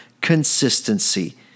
consistency